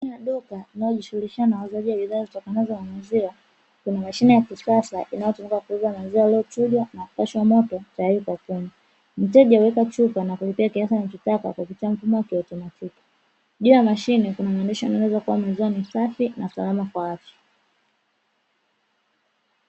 Ndani ya duka linalojihusisha na uuzaji wa bidaa zitokanazo na maziwa, kuna mashine ya kisasa inayotumika kuuza maziwa yaliyochujwa na kupashwa moto tayari kwa kunywa. Mteja huweka chupa na kulipia kiasi anachotaka kupitia mfumo wa kiautomatiki. Juu ya mashine kuna mashine kuna maandishi yanayoeleza kuwa maziwa ni safi na salama kwa afya.